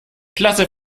klasse